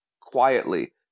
quietly